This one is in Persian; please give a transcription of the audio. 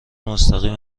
مستقیم